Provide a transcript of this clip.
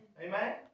Amen